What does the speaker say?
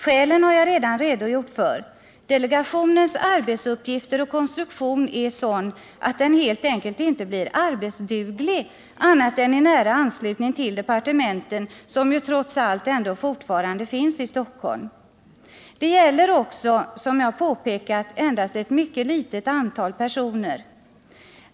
Skälen har jag redan redogjort för: delegationens arbetsuppgifter och konstruktion är sådana, att den helt enkelt inte blir arbetsduglig annat än i nära anslutning till departementen, som ju trots allt ändå fortfarande finns i Stockholm. Det gäller också, som jag påpekade, endast ett mycket litet antal personer.